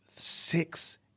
Six